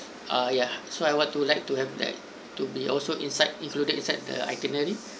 ah ya so I want to like to have that to be also inside included inside the itinerary